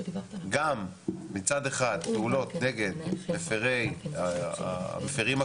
גם מצד אחד פעולות נגד המפרים הגדולים